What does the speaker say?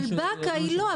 אבל באקה היא לא,